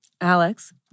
Alex